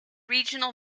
regional